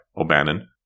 O'Bannon